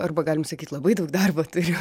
arba galim sakyti labai daug darbo turiu